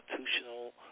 Institutional